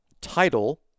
title